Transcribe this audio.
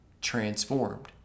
transformed